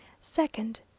Second